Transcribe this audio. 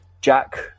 Jack